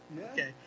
Okay